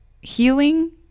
healing